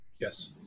Yes